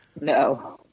No